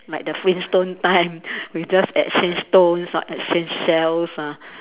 like the flint stone time we just exchange stones or exchange shells ah